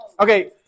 Okay